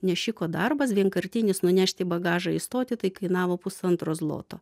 nešiko darbas vienkartinis nunešti bagažą į stotį tai kainavo pusantro zloto